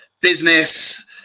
Business